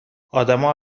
آدما